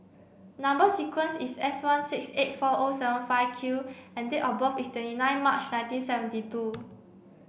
number sequence is S one six eight four O seven five Q and date of birth is twenty nine March nineteen seventy two